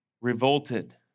revolted